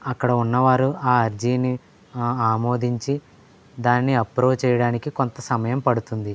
అక్కడ ఉన్నవారు ఆ అర్జీని ఆమోదించి దాన్ని అప్రూవ్ చేయడానికి కొంత సమయం పడుతుంది